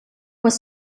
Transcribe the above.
was